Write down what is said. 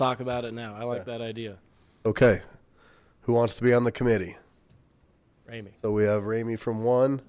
talk about it now i like that idea okay who wants to be on the committee ramie so we have remy from one